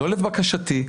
לא לבקשתי,